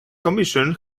commission